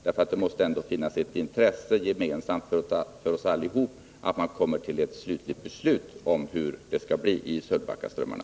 Det måste ju ändå finnas ett gemensamt intresse för oss alla att komma fram till ett slutligt avgörande i fråga om Sölvbackaströmmarna.